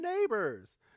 neighbors